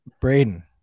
Braden